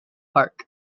park